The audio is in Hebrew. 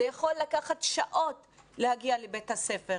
זה יכול לקחת שעות להגיע לבית הספר.